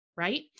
Right